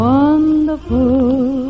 Wonderful